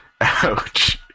Ouch